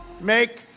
Make